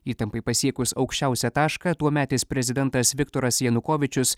įtampai pasiekus aukščiausią tašką tuometis prezidentas viktoras janukovyčius